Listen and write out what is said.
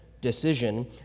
decision